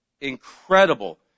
incredible